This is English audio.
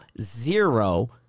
zero